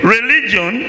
Religion